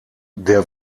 der